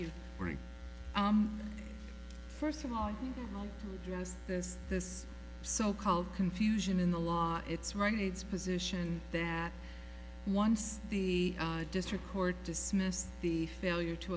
very first of all just this this so called confusion in the law it's wrong it's position that once the district court dismissed the failure to